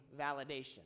validation